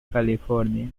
california